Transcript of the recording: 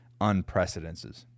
unprecedented